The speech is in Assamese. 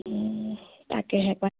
তাকেহে পাই